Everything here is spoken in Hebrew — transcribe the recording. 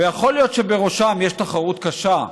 ויכול להיות שבראשם, יש תחרות קשה,